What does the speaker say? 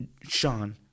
Sean